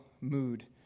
mood